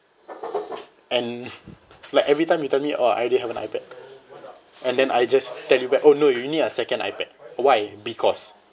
and like every time you tell me orh I already have an ipad and then I just tell you back oh no you need a second ipad why because